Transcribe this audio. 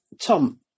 Tom